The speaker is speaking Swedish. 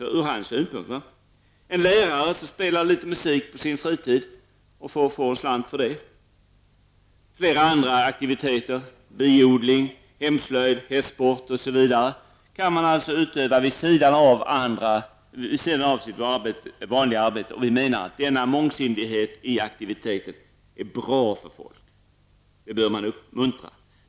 Det kan röra sig om en lärare som spelar litet musik på sin fritid och får en slant för det. Det finna flera andra aktiviteter som biodling, hemslöjd och hästsport. Sådana aktiviteter kan man alltså utöva vid sidan av sitt vanliga arbete. Enligt vår mening är denna mångsidighet bra för folk, och den bör uppmuntras.